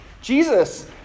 Jesus